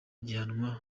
gihanwa